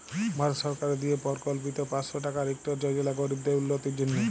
ভারত সরকারের দিয়ে পরকল্পিত পাঁচশ টাকার ইকট যজলা গরিবদের উল্লতির জ্যনহে